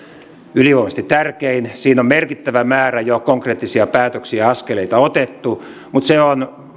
ylivoimaisesti tärkein siinä on merkittävä määrä jo konkreettisia päätöksiä ja askeleita otettu mutta se on